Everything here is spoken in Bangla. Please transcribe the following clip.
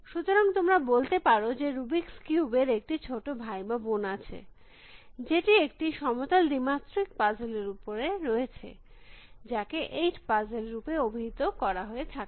সুতরাং তোমরা বলতে পারো যে রুবিক্স কিউব এর একটি ছোটো ভাইবোন আছে যেটি একটি সমতল দ্বিমাত্রিক পাজেলর উপরে রয়েছে যাকে 8 পাজেল রূপে অভিহিত করা হয়ে থাকে